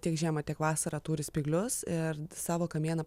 tiek žiemą tiek vasarą turi spyglius ir savo kamieną